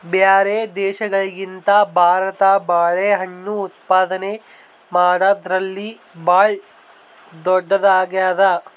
ಬ್ಯಾರೆ ದೇಶಗಳಿಗಿಂತ ಭಾರತ ಬಾಳೆಹಣ್ಣು ಉತ್ಪಾದನೆ ಮಾಡದ್ರಲ್ಲಿ ಭಾಳ್ ಧೊಡ್ಡದಾಗ್ಯಾದ